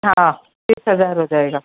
हाँ तीस हजार हो जाएगा